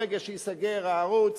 ברגע שייסגר הערוץ,